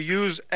use